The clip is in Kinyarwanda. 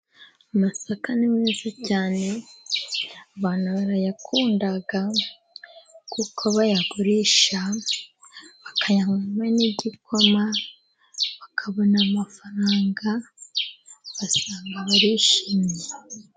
Amasaka ni meza cyane abantu barayakunda, kuko bayagurisha bakayanwamo n'igikoma, bakabona amafaranga ugasanga barishimye.